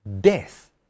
death